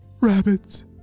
rabbits